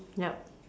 yup